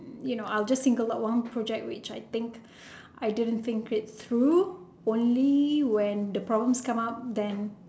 you know I'll just think a lot wrong project which I think I didn't think read through only when the problems come up then